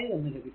എന്ന് ലഭിക്കും